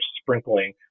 sprinkling